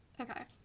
Okay